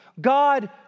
God